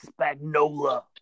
Spagnola